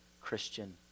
Christian